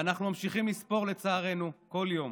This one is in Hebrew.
ואנחנו ממשיכים לספור, לצערנו, כל יום.